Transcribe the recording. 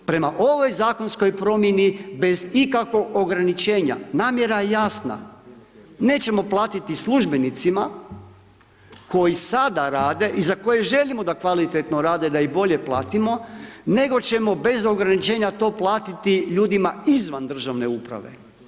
Prema ovoj zakonskoj promjeni bez ikakvog ograničenja namjera je jasna, nećemo platiti službenicima koji sada rada i za koje želimo da kvalitetno rade da ih bolje platimo, nego ćemo bez ograničenja to platiti ljudima izvan državne uprave.